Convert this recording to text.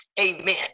Amen